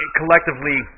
collectively